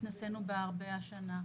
התנסינו בו הרבה השנה: